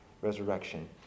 resurrection